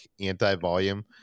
anti-volume